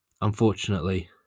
unfortunately